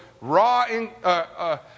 raw